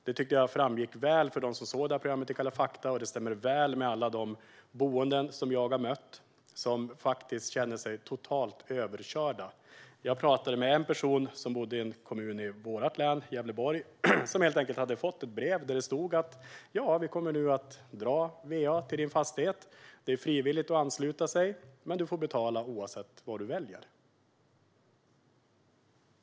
Detta framgick tydligt i Kalla fakta , och det stämmer med alla de boende jag mött som känner sig totalt överkörda. Jag pratade med en person som bor i en kommun i mitt hemlän, Gävleborg. Hon hade helt enkelt fått ett brev där det stod: Vi kommer att dra va till din fastighet. Det är frivilligt att ansluta sig, men du får betala oavsett vad du väljer.